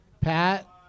Pat